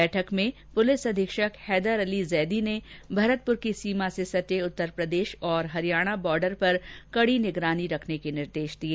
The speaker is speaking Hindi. बैठक में पुलिस अधीक्षक हैदर अली जैदी ने भरतपुर की सीमा से सटे उत्तरप्रदेश और हरियाणा बॉर्डर पर कड़ी निगरानी रखने के निर्देश दिए